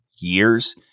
years